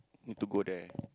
need to go there